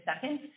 second